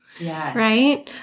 right